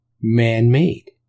man-made